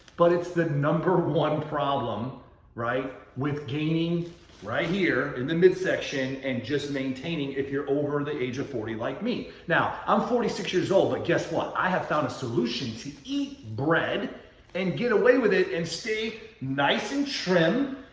but it's the number one problem with gaining right here in the midsection and just maintaining if you're over the age of forty, like me. now, i'm forty six years old. but guess what? i have found a solution to eat bread and get away with it and stay nice and trim.